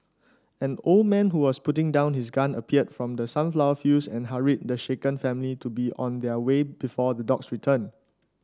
an old man who was putting down his gun appeared from the sunflower fields and hurried the shaken family to be on their way before the dogs return